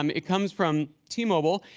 um it comes from t-mobile.